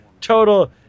Total